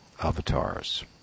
avatars